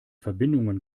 verbindungen